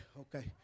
okay